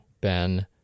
Ben